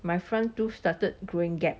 my front tooth started growing gap